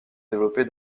développer